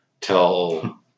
till